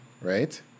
Right